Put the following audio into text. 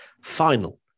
final